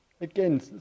Again